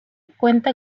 cuenta